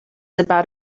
about